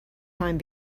time